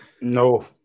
No